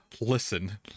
listen